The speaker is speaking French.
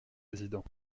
président